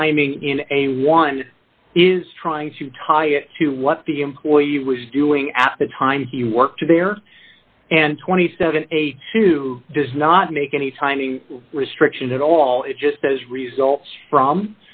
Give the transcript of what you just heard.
timing in a one is trying to tie it to what the employee was doing at the time he worked there and twenty seven a who does not make any timing restrictions at all it just says results from